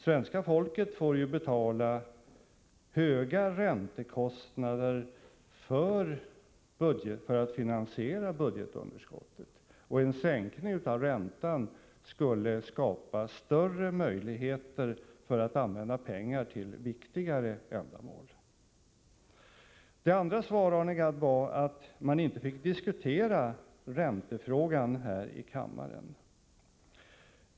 Svenska folket får betala höga räntekostnader för att finansiera budgetunderskottet, och en sänkning av räntan skulle skapa större möjligheter att använda de pengarna till viktigare ändamål. Det andra svaret som Arne Gadd gav var att man inte fick diskutera räntefrågan här i kammaren.